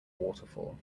waterfall